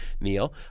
Neil